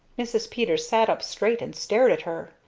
mrs. peters sat up straight and stared at her.